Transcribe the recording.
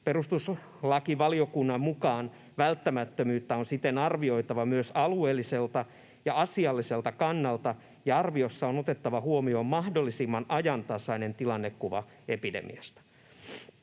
Perustuslakivaliokunnan mukaan välttämättömyyttä on siten arvioitava myös alueelliselta ja asialliselta kannalta ja arviossa on otettava huomioon mahdollisimman ajantasainen tilannekuva epidemiasta.